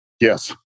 Yes